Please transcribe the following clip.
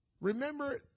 Remember